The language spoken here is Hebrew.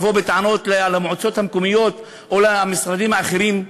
נבוא בטענות למועצות המקומיות או למשרדים האחרים?